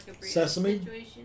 Sesame